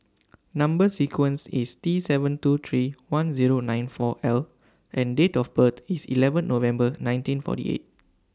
Number sequence IS T seven two three one Zero nine four L and Date of birth IS eleven November nineteen forty eight